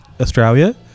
Australia